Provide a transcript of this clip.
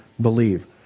believe